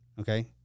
Okay